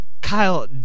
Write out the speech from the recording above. Kyle